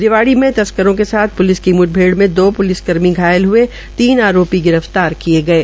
रिवाड़ी में तस्करों के साथ प्लिस की मुठभेड़ में दो पुलिस कर्मी घायल हुये तीन आरोपी गिरफ्तार किये गये